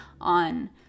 on